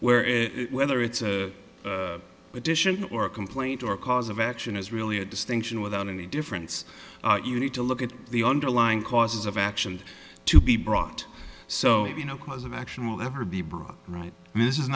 where is whether it's a petition or a complaint or cause of action is really a distinction without any difference you need to look at the underlying causes of action to be brought so you know cause of action will ever be brought right this is